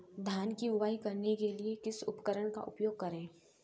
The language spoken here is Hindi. धान की बुवाई करने के लिए किस उपकरण का उपयोग करें?